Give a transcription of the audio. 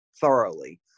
thoroughly